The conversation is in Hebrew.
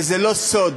וזה לא סוד